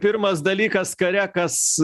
pirmas dalykas kare kas